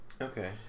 Okay